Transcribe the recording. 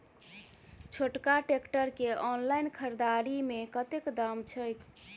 छोटका ट्रैक्टर केँ ऑनलाइन खरीददारी मे कतेक दाम छैक?